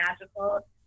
magical